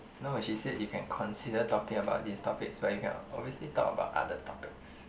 no she said you can consider talking about these topics but you can obviously talk about other topics